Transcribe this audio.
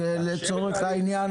רק לצורך העניין